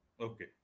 okay